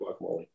guacamole